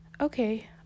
Okay